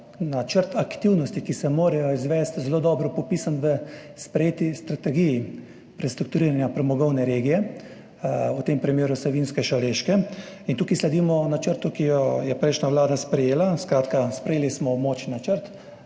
načrt aktivnosti, ki se morajo izvesti, zelo dobro popisan v sprejeti strategiji prestrukturiranja premogovne regije, v tem primeru savinjsko-šaleške. Tukaj sledimo načrtu, ki ga je prejšnja vlada sprejela, skratka, sprejeli smo območni načrt,